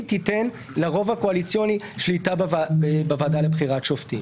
תיתן לרוב הקואליציוני שליטה בוועדה לבחירת שופטים.